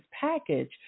package